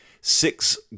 six